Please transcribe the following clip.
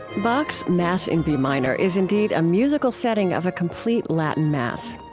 bach's mass in b minor is indeed a musical setting of a complete latin mass.